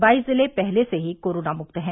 बाइस जिले पहले से ही कोरोना मुक्त हैं